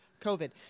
COVID